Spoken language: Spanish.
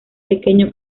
pequeño